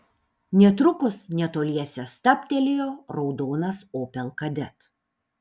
netrukus netoliese stabtelėjo raudonas opel kadett